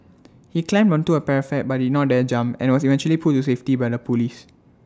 he climbed onto A parapet but did not dare jump and was eventually pulled to safety by the Police